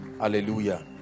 Hallelujah